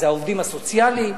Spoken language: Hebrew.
זה העובדים הסוציאליים,